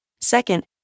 Second